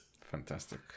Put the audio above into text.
Fantastic